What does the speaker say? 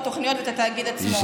התוכניות ואת התאגיד עצמו.